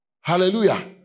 Hallelujah